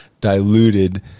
diluted